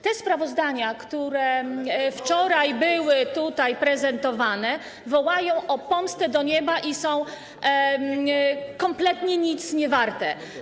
Te sprawozdania, które wczoraj były tutaj prezentowane, wołają o pomstę do nieba i są kompletnie nic niewarte.